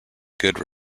good